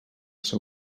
seu